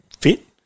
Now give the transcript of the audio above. fit